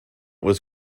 was